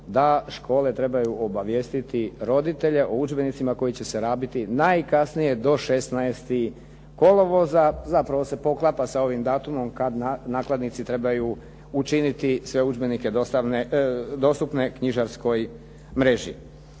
da škole trebaju obavijestiti roditelje o udžbenicima koji će se rabiti najkasnije do 16. kolovoza. Zapravo se poklapa sa ovim datumom kad nakladnici trebaju učiniti sve udžbenike dostupne knjižarskoj mreži.